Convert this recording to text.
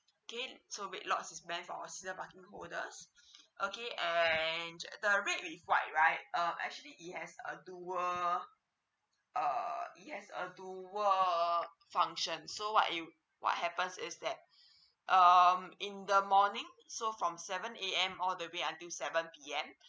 okay so red lots is main for season parking holder okay and the red with white right um actually it has a dual uh it has a dual functions so what you what happens is that um in the morning so from seven A_M all the way until seven P_M